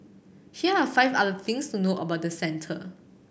here are five other things to know about the centre